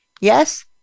Yes